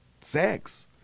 sex